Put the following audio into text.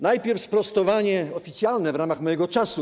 Najpierw sprostowanie, oficjalne w ramach mojego czasu.